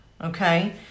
Okay